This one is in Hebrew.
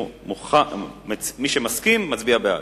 מי שמסכים, מצביע בעד.